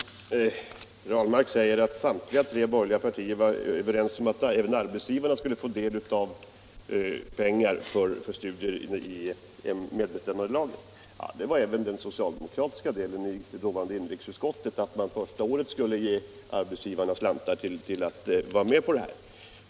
Herr talman! Herr Ahlmark säger att samtliga tre borgerliga partier var överens om att även arbetsgivarna skulle få del av pengarna för stöd till studier om medbestämmandelagen. Men även de socialdemokratiska representanterna i inrikesutskottet stödde förslaget om att man det första året skulle ge arbetsgivarna slantar, så att de kunde vara med på det här.